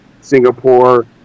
Singapore